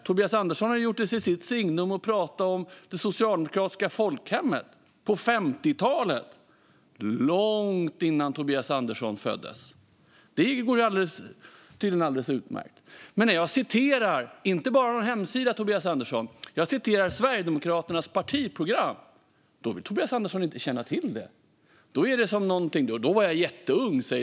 Tobias Andersson har gjort det till sitt signum att prata om det socialdemokratiska folkhemmet på 50-talet, långt innan Tobias Andersson föddes. Det går tydligen alldeles utmärkt. Jag citerade inte bara någon hemsida, Tobias Andersson, utan jag citerade Sverigedemokraternas partiprogram. Men då vill Tobias Andersson inte känna till det utan säger att han var jätteung då.